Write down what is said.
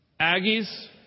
Aggies